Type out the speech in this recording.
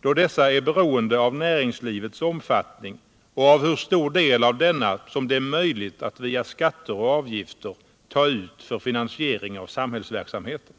då dessa är beroende av näringslivets omfattning och av hur stor del av denna som det är möjligt att via skatter och avgifter ta ut för finansiering av samhällsverksamheten.